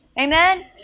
Amen